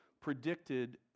predicted